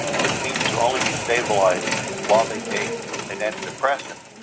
but seems to only be stabilized while they take an anti-depressant,